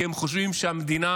כי הם חושבים שהמדינה